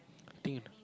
I think